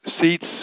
Seats